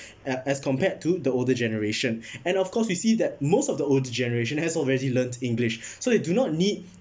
uh as compared to the older generation and of course we see that most of the older generation has already learned english so they do not need